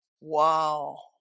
Wow